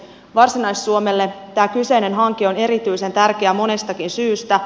varsinais suomelle tämä kyseinen hanke on erityisen tärkeä monestakin syystä